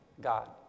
God